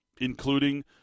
including